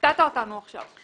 הפתעת אותנו עכשיו.